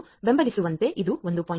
1 ದನ್ನು ಬೆಂಬಲಿಸುವಂತೆ ಇದು 1